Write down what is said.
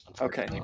Okay